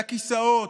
לכיסאות.